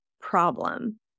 problem